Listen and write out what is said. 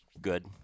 good